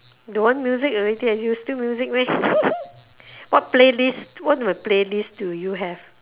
don't want music already you still music meh what playlist what type of playlist do you have